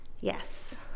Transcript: Yes